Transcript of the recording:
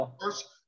first